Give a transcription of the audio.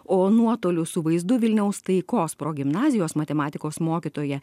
o nuotoliu su vaizdu vilniaus taikos progimnazijos matematikos mokytoja